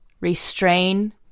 restrain